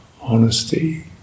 honesty